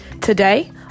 Today